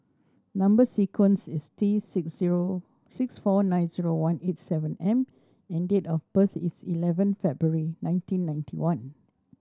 number sequence is T six zero six four nine zero one eight seven M and date of birth is eleven February nineteen ninety one